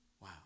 Wow